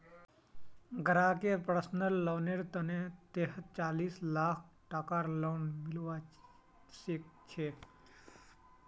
ग्राहकक पर्सनल लोनेर तहतत चालीस लाख टकार लोन मिलवा सके छै